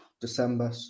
December